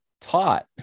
taught